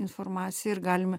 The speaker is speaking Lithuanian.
informaciją ir galime